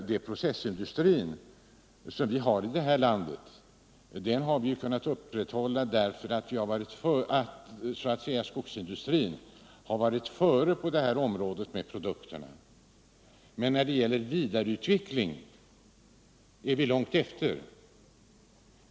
Den processindustri vi har i detta land har ju kunnat upprätthållas på grund av att skogsindustrin har varit före med produkterna. Men när det gäller vidareutveckling är vi långt efter.